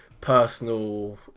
personal